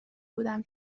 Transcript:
بودم